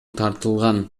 тартылган